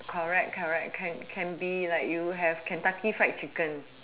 correct correct can can be like you have Kentucky fried chicken